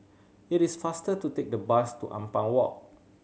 it is faster to take the bus to Ampang Walk